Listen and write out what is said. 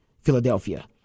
Philadelphia